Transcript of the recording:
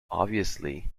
obviously